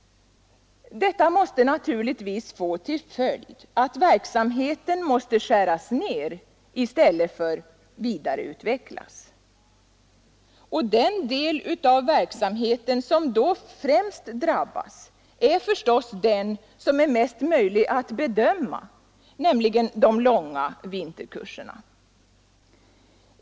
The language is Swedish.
Detta får naturligtvis till följd att verksamheten måste skäras ned i stället för att vidareutvecklas. Och den del av verksamheten som då främst drabbas är den som är mest möjlig att bedöma, nämligen de långa vinterkurserna.